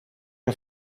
una